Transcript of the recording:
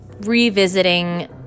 revisiting